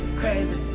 crazy